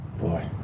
boy